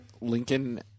Lincoln